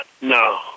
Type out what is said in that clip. No